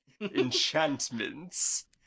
enchantments